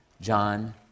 John